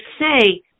say